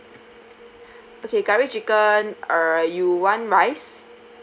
okay curry chicken uh you want rice